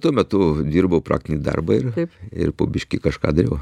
tuo metu dirbau pratinį darbą ir ir po biškį kažką dariau